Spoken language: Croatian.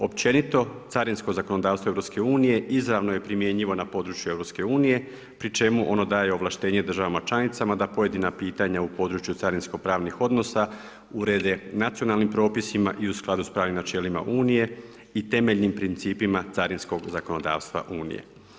Općenito carinsko zakonodavstvo EU izravno je primjenjivano na području EU pri čemu ono daje ovlaštenje državama članicama da pojedina pitanja u području carinskog pravnih odnosa urede nacionalnim propisima i u skladu s pravnim načelima Unije i temeljnim principima carinskog zakonodavstva Unije.